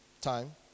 time